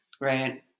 right